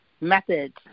methods